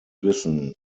wissen